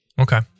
Okay